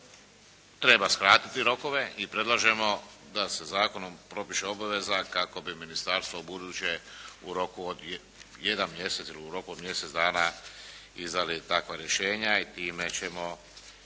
treba skratiti rokove i predlažemo da se zakonom propiše obaveza kako bi ministarstva ubuduće u roku od jedan mjesec ili u roku od mjesec dana izdali takva rješenja. I time ćemo